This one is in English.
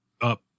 up